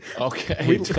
Okay